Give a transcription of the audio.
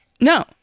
No